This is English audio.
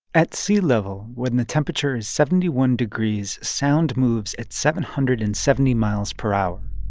at sea level, when the temperature is seventy one degrees, sound moves at seven hundred and seventy miles per hour.